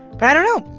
but i don't know.